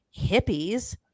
hippies